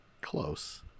close